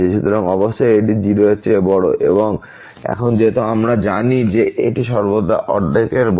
সুতরাং অবশ্যই এটি 0 এর চেয়ে বড় এবং এখন যেহেতু আমরা জানি যে এটি সর্বদা অর্ধেকের চেয়ে বড়